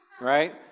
right